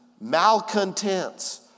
malcontents